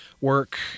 work